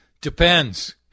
Depends